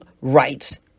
rights